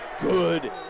good